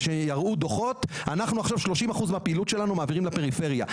שיראו דוחות שיוכיחו שאת 30% מהפעילות שלהם הם מעבירים לפריפריה.